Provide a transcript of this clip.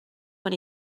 when